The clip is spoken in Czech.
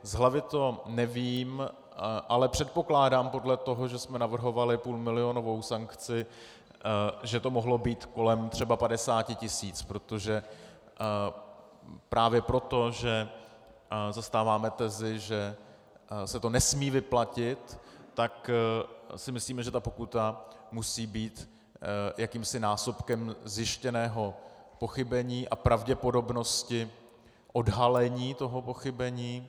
Z hlavy to nevím, ale předpokládám podle toho, že jsme navrhovali půlmilionovou sankci, že to mohlo být kolem třeba 50 tisíc, protože právě proto, že zastáváme tezi, že se to nesmí vyplatit, tak si myslíme, že ta pokuta musí být jakýmsi násobkem zjištěného pochybení a pravděpodobnosti odhalení toho pochybení.